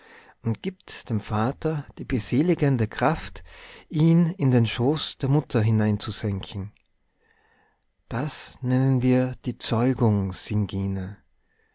und gibt dem vater die beseeligende kraft ihn in den schoß der mutter hineinzusenken das nennen wir die zeugung